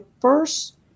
first